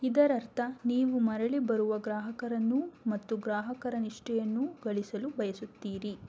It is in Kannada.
ಇದರರ್ಥ ನೀವು ಮರಳಿ ಬರುವ ಗ್ರಾಹಕರನ್ನೂ ಮತ್ತು ಗ್ರಾಹಕರ ನಿಷ್ಠೆಯನ್ನೂ ಗಳಿಸಲು ಬಯಸುತ್ತೀರಿ